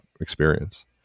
experience